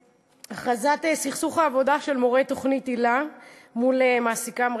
הכרזת סכסוך העבודה של מורי תוכנית היל"ה מול מעסיקתם,